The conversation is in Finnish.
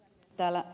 täällä ed